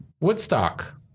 Woodstock